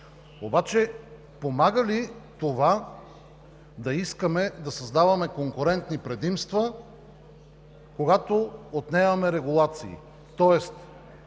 Обаче помага ли това да искаме да създаваме конкурентни предимства, когато отнемаме регулации, тоест